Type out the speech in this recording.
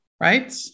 right